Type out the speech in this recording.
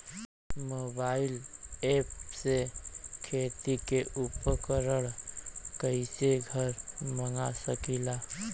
Mobile ऐपसे खेती के उपकरण कइसे घर मगा सकीला?